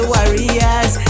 Warriors